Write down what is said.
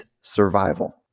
survival